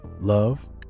love